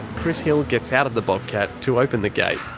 chris hill gets out of the bobcat to open the gate,